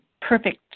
perfect